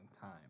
time